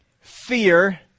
fear